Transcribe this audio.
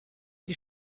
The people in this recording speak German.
die